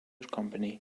company